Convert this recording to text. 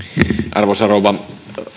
arvoisa rouva